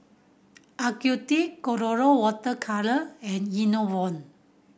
Ocuvite Colora Water Colour and Enervon